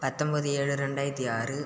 பத்தொன்போது ஏழு ரெண்டாயிரத்தி ஆறு